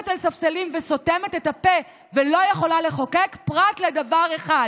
על ספסלים וסותמת את הפה ולא יכולה לחוקק פרט לדבר אחד: